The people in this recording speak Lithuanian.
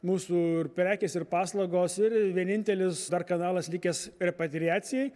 mūsų prekės ir paslaugos ir vienintelis dar kanalas likęs repatriacijai